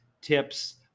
tips